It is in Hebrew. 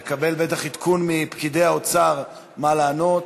הוא מקבל בטח עדכון מפקידי האוצר מה לענות,